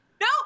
No